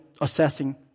assessing